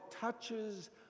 touches